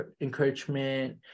encouragement